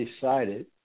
decided